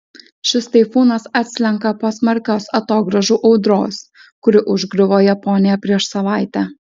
šis taifūnas atslenka po smarkios atogrąžų audros kuri užgriuvo japoniją prieš savaitę